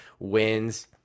Wins